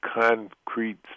concrete